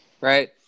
right